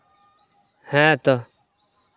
ᱦᱮᱸᱛᱚ